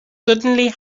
suddenly